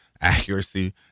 accuracy